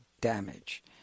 damage